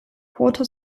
quota